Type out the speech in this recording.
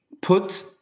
put